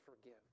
forgive